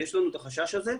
יש לנו את החשש הזה.